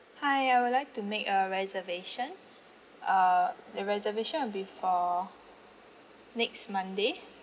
hi I would like to make a reservation uh the reservation would be for next monday